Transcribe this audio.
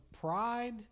pride